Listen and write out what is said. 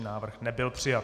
Návrh nebyl přijat.